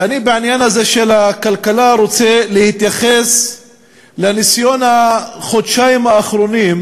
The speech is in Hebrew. ואני בעניין הזה של הכלכלה רוצה להתייחס לניסיון החודשיים האחרונים,